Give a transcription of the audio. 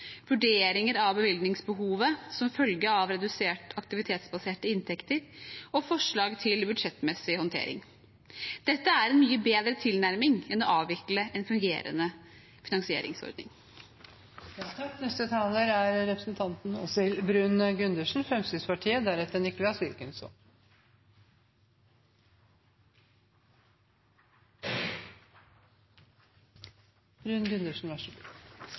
vurderinger av bevilgningsbehovet som følge av reduserte aktivitetsbaserte inntekter og forslag til budsjettmessig håndtering. Dette er en mye bedre tilnærming enn å avvikle en fungerende finansieringsordning. Andelen med innsatsstyrt finansiering ble økt fra 40 pst. til 50 pst. da Fremskrittspartiet